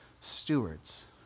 stewards